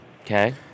Okay